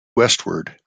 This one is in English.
westward